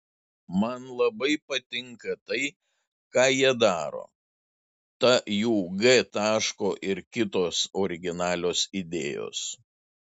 man labai patinka tai ką jie daro ta jų g taško ir kitos originalios idėjos